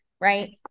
Right